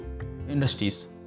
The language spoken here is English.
industries